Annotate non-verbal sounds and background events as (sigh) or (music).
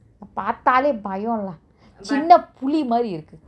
(noise) பாத்தாலே பயோ:paathale payo lah (breath) சின்ன புலி மாரி இருக்கு:sinna puli mari iruku